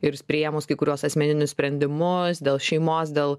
ir priėmus kai kuriuos asmeninius sprendimus dėl šeimos dėl